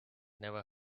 never